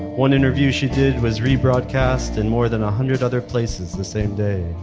one interview she did was rebroadcast in more than a hundred other places the same day.